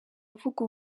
avuga